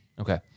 Okay